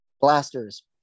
Blasters